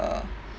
uh